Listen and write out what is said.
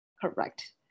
correct